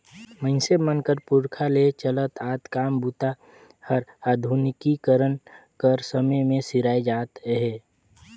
मइनसे मन कर पुरखा ले चलत आत काम बूता मन हर आधुनिकीकरन कर समे मे सिराए जात अहे